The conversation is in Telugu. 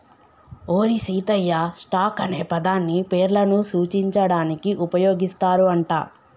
ఓరి సీతయ్య, స్టాక్ అనే పదాన్ని పేర్లను సూచించడానికి ఉపయోగిస్తారు అంట